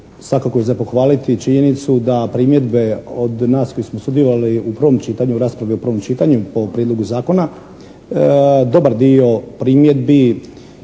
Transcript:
svakako je za pohvaliti činjenicu da primjedbe od nas koji smo sudjelovali u prvom čitanju, raspravi u prvom čitanju po prijedlogu zakona dobar dio primjedbi